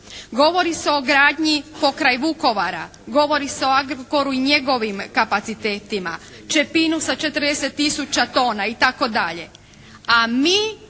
Govori se o gradnji pokraj Vukovara, govori se o "Agrokoru" i njegovim kapacitetima, Čepinu sa 40 tisuća tona itd.,